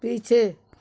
पीछे